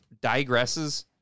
digresses